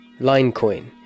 LineCoin